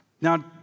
Now